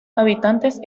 habitantes